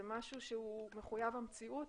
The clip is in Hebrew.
זה משהו שהוא מחוייב המציאות